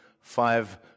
five